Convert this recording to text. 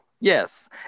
Yes